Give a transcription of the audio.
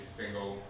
single